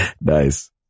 Nice